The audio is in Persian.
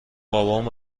بابام